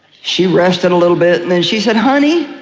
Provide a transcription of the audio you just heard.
she rested a little bit and then she said, honey,